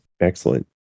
Excellent